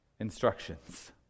instructions